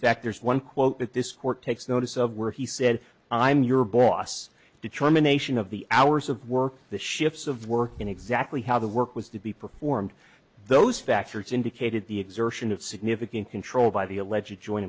fact there is one quote that this court takes notice of where he said i am your boss determination of the hours of work the shifts of work and exactly how the work was to be performed those factors indicated the exertion of significant control by the alleged join